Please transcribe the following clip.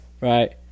Right